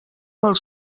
pel